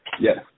Yes